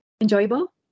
enjoyable